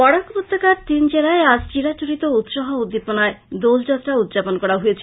বরাক উপত্যকার তিন জেলায় আজ চিরাচরিত উৎসাহ উদ্দীপনায় দোলযাত্রা উদ্যাপন করা হয়েছে